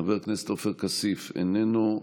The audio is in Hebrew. חבר הכנסת עופר כסיף איננו.